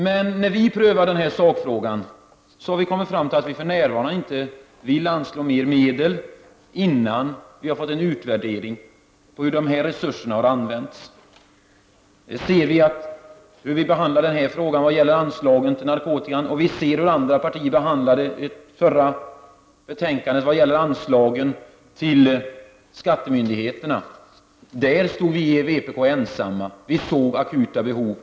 Men när vi i vpk har prövat denna sakfråga, har vi kommit fram till att vi för närvarande inte vill anslå mer medel, innan det har skett en utvärdering av hur de hittillsvarande resurserna har använts. Man kan då se hur vi i vpk behandlar denna fråga som gäller anslag till narkotikabekämpningen och hur andra partier behandlade det förra betänkandet om anslag till skattemyndigheterna. I den frågan stod vi i vpk ensamma. Vi såg de akuta behoven.